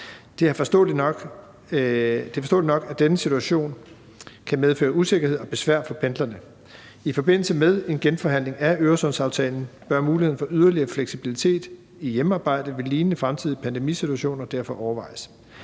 Det er forståeligt nok, at denne situation kan medføre usikkerhed og besvær for pendlerne. I forbindelse med en genforhandling af Øresundsaftalen bør muligheden for yderligere fleksibilitet i hjemmearbejde ved lignende fremtidige pandemisituationer derfor overvejes.